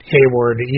Hayward